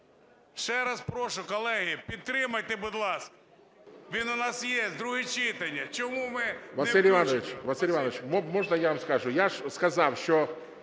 Ще раз прошу, колеги, підтримайте, будь ласка. Він у нас є, друге читання. Чому ми не включимо